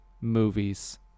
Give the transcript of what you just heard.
movies